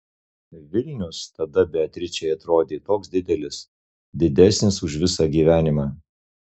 vilnius tada beatričei atrodė toks didelis didesnis už visą gyvenimą